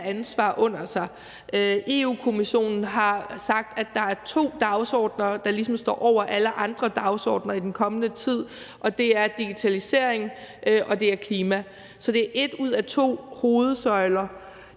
ansvar under sig. Europa-Kommissionen har sagt, at der er to dagsordener, der ligesom står over alle andre dagsordener i den kommende tid, og det er digitalisering og klima. Så det er én ud af to hovedsøjler.